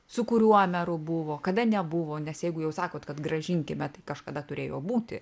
su kuriuo meru buvo kada nebuvo nes jeigu jau sakot kad grąžinkime tai kažkada turėjo būti